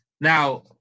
Now